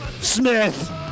Smith